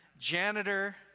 janitor